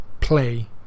play